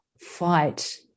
fight